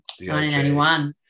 1981